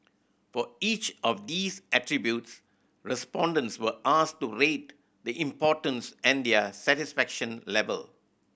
for each of these attributes respondents were asked to rate the importance and their satisfaction level